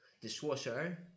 dishwasher